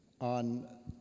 on